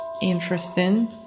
interesting